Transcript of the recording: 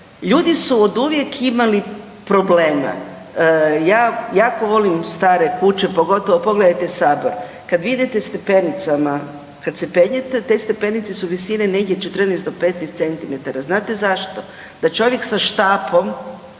ljudi su oduvijek imali problema, ja jako volim stare kuće, pogotovo, pogledajte Sabor, kad vi idete stepenicama, kad se penjete, te stepenice su visine negdje 14 do 15 centimetara, znate zašto? Da čovjek sa štapom